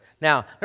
Now